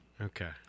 Okay